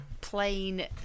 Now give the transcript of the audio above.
plain